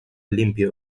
limpio